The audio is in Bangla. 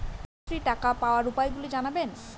কন্যাশ্রীর টাকা পাওয়ার উপায়গুলি জানাবেন?